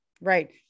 Right